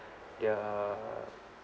their